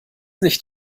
nicht